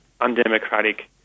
undemocratic